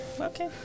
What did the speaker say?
Okay